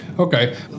okay